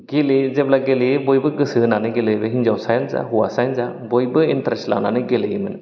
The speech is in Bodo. गेलेयो जेब्ला गेलेयो बयबो गोसो होनानै गेलेयो बे हिनजावसायानो जा हौवासायानो जा बयबो एनट्रेस्ट लानानै गेलेयोमोन